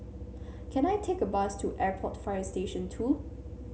can I take a bus to Airport Fire Station Two